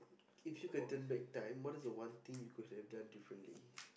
if you could turn back time what is the one thing you could have done differently